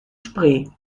spree